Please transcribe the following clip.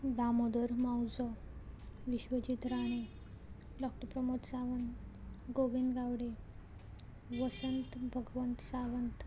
Damodar Mauzo Vishwajit Rane doctor Pramod Sawant Govind Gaude Vasant Bhagwant Sawant